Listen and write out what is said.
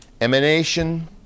emanation